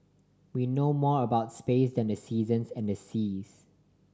we know more about space than the seasons and the seas